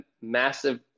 massive